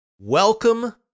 Welcome